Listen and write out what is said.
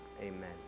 Amen